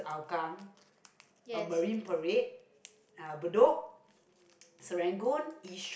yes